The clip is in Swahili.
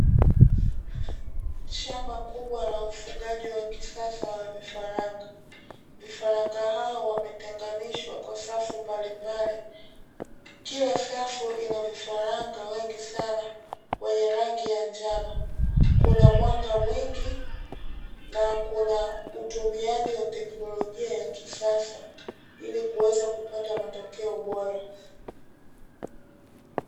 Shamba kubwa la ufugaji wa kisasa wa vifaranga, vifaranga hao wametenganishwa kwa safu mbalimbali. Kila safu ina vifaranga wengi sana, wenye rangi ya njano. Kuna mwanga mwingi na kuna utumiaji wa teknolojia ya kisasa, ili kuweza kupata matokeo bora.